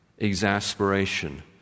exasperation